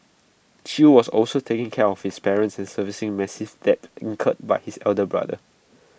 chew was also taking care of his parents and servicing massive debts incurred by his elder brother